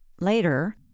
Later